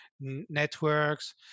networks